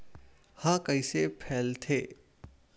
ह कइसे फैलथे?